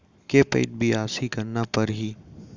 के पइत बियासी करना परहि?